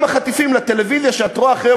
גם החטיפים לטלוויזיה שאת רואה אחרי יום